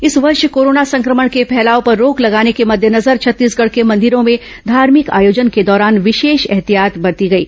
इस वर्ष कोरोना संक्रमण के फैलाव पर रोक लगाने के मद्देनजर छत्तीसगढ़ के मंदिरों में धार्मिक आयोजन के दौरान विशेष एहतियात बरती गई